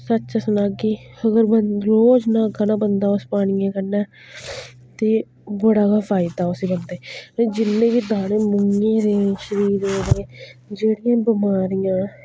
सच्च सनाह्गी ब अगर रोज न्हौग ना बंदा उस पानियै कन्नै ते बड़ा गै फायदा उसी बंदे गी जिन्ने बी दाने मूंहे दे शरीरे दे जेह्डियां बमारियां